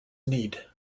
need